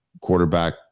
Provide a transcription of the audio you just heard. quarterback